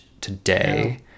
today